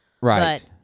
Right